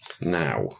now